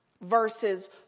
versus